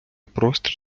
простір